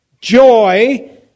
joy